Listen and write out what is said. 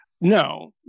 No